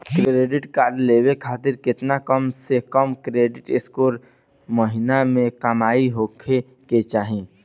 Credit card लेवे खातिर केतना कम से कम क्रेडिट स्कोर चाहे महीना के कमाई होए के चाही?